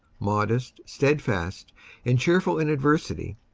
modest, steadfast and cheerful in adversity,